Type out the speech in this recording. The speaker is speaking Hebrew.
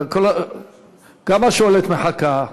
גם השואלת מחכה.